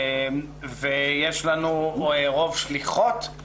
יש לנו רוב שליחות,